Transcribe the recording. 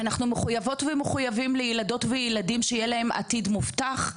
אנחנו מחויבות ומחויבים לילדות ולילדים שיהיה להם עתיד מובטח,